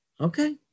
Okay